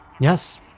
Yes